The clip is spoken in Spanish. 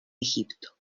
egipto